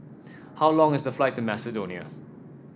how long is the flight to Macedonia